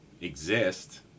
exist